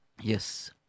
Yes